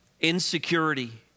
insecurity